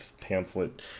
pamphlet